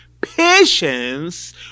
patience